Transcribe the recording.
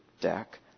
deck